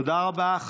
תודה רבה.